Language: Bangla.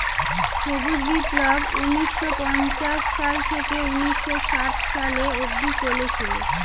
সবুজ বিপ্লব ঊন্নিশো পঞ্চাশ সাল থেকে ঊন্নিশো ষাট সালে অব্দি চলেছিল